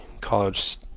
college